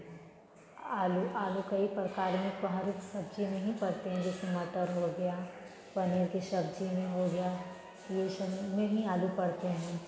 आलू आलू कई प्रकार हैं के सब्ज़ी नहीं परते हैं जैसे मटर हो गया पनीर की सब्ज़ी में हो गया यह सभी में ही आलू पड़ते हैं